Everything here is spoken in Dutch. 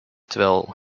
terwijl